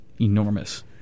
enormous